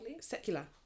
secular